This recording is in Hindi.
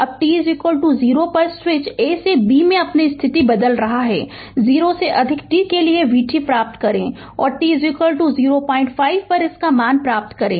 अब t 0 पर स्विच A से B में अपनी स्थिति बदल रहा है 0 से अधिक t के लिए vt प्राप्त करें और t 05 पर इसका मान प्राप्त करें